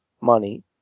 money